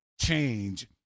change